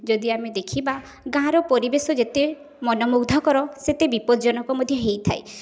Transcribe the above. ଯଦି ଆମେ ଦେଖିବା ଗାଁର ପରିବେଶ ଯେତେ ମନ ମୁଗ୍ଧକର ସେତେ ବିପଦଜନକ ମଧ୍ୟ ହେଇଥାଏ